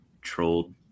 trolled